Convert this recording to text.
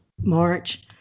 march